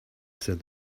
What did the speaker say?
said